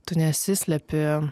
tu nesislepi